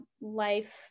life